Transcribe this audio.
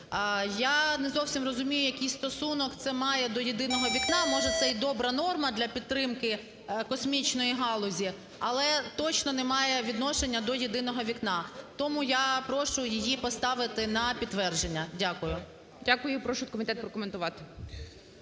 Я не зовсім розумію, який стосунок це має до "єдиного вікна". Може, це й добра норма для підтримки космічної галузі, але точно не має відношення до "єдиного вікна". Тому я прошу її поставити на підтвердження. Дякую. ГОЛОВУЮЧИЙ. Дякую і прошу комітет прокоментувати.